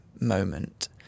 moment